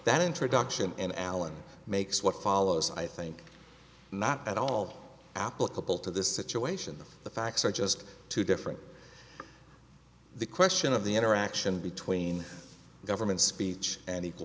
that introduction and alan makes what follows i think not at all applicable to this situation the facts are just too different the question of the interaction between government speech and equal